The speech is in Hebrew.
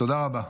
תודה רבה.